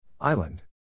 Island